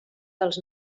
dels